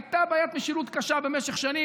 הייתה בעיית משילות קשה במשך שנים,